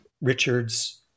Richard's